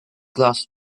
glass